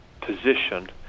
position